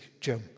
Jim